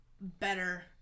better